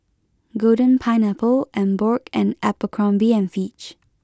Golden Pineapple Emborg and Abercrombie and Fitch